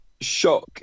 shock